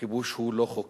הכיבוש הוא לא חוקי,